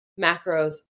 macros